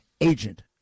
agent